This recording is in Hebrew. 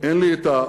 אין לי הפריבילגיה,